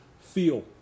feel